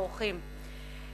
האורחים,